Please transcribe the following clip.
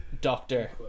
Doctor